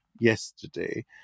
yesterday